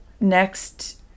next